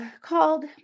Called